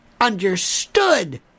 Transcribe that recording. understood